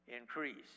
increase